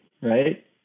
Right